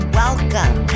welcome